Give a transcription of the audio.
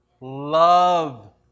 Love